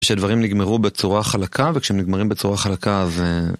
כשהדברים נגמרו בצורה חלקה וכשהם נגמרים בצורה חלקה ו...